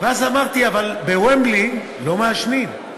ואז אמרתי: אבל ב"וומבלי" לא מעשנים,